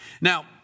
Now